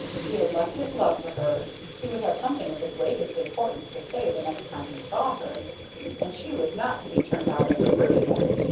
he had left his love for her he would have something of the greatest importance to say the next time he saw her and she was not to be turned out of her room again.